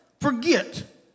forget